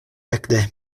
ekde